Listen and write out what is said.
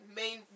main